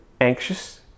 anxious